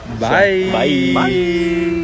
bye